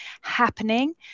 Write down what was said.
happening